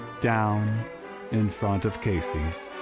down in front of casey's.